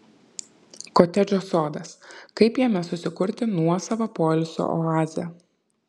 kotedžo sodas kaip jame susikurti nuosavą poilsio oazę